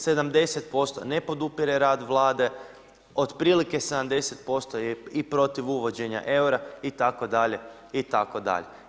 70% ne podupire rad Vlade, otprilike 70% je i protiv uvođenja eura itd. itd.